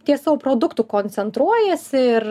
ties savo produktu koncentruojiesi ir